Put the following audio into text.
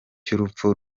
cy’urupfu